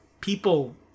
people